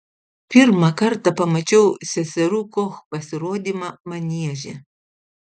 pirmą kartą pamačiau seserų koch pasirodymą manieže